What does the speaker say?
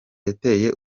yateye